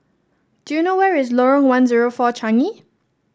do you know where is Lorong one zero four Changi